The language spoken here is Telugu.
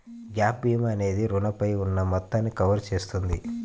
గ్యాప్ భీమా అనేది రుణంపై ఉన్న మొత్తాన్ని కవర్ చేస్తుంది